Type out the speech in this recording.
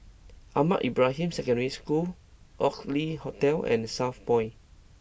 Ahmad Ibrahim Secondary School Oxley Hotel and Southpoint